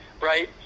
right